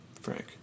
Frank